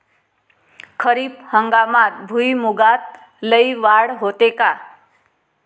खरीप हंगामात भुईमूगात लई वाढ होते का?